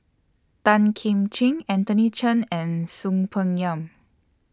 Tan Kim Ching Anthony Chen and Soon Peng Yam